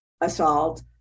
assault